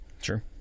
Sure